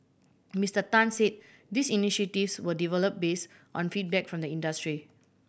Mister Tan said these initiatives were developed based on feedback from the industry